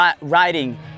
riding